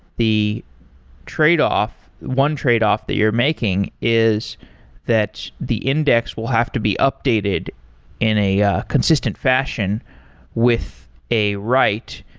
the tradeoff, one tradeoff that you're making, is that the index will have to be updated in a a consistent fashion with a write.